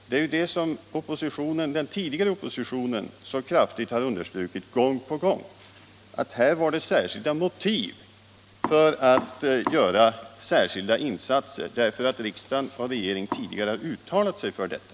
Det var ju det som den tidigare oppositionen så kraftigt underströk gång på gång, att här fanns det särskilda motiv för att göra speciella insatser därför att riksdag och regeringen förut hade uttalat sig för detta.